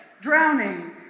drowning